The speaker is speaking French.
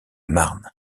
marne